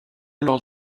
leurs